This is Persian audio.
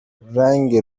رنگ